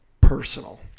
personal